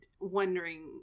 wondering